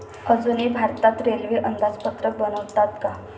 अजूनही भारतात रेल्वे अंदाजपत्रक बनवतात का?